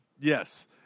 Yes